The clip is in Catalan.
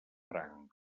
franc